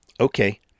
Okay